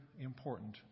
important